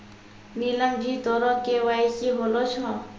नीलम जी तोरो के.वाई.सी होलो छौं?